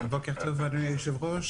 בוקר טוב, אדוני היושב-ראש.